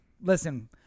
listen